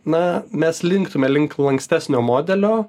na mes linktume link lankstesnio modelio